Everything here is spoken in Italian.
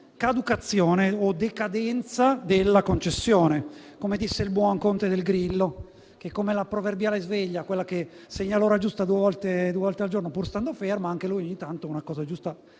caducazione o di decadenza della concessione, come disse il buon Conte del Grillo che, un po' come la proverbiale sveglia che segna l'ora giusta due volte al giorno pur stando ferma, anche lui ogni tanto una cosa giusta